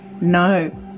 No